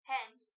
Hence